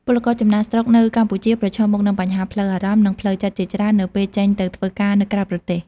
ពលករចំណាកស្រុកនៅកម្ពុជាប្រឈមមុខនឹងបញ្ហាផ្លូវអារម្មណ៍ និងផ្លូវចិត្តជាច្រើននៅពេលចេញទៅធ្វើការនៅក្រៅប្រទេស។